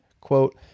quote